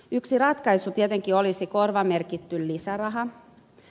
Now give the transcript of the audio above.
yksi ratkaisu tietenkin olisi korvamerkitty lisäraha